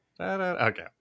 Okay